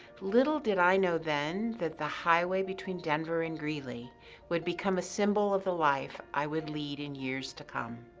little did i know then that the highway between denver and greeley would become a symbol of the life i would lead in years to come.